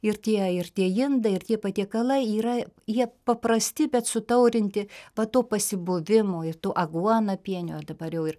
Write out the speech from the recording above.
ir tie ir tie indai ir tie patiekalai yra jie paprasti bet sutaurinti va to pasibuvimo i to aguonapienio dabar jau ir